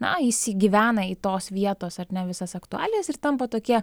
na įsigyvena į tos vietos ar ne visas aktualijas ir tampa tokie